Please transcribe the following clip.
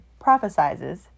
prophesizes